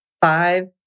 five